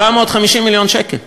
450 מיליון שקל.